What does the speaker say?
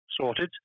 sorted